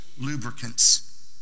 lubricants